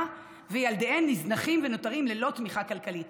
וילדיהן נזנחים ונותרים ללא תמיכה כלכלית.